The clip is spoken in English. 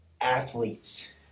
athletes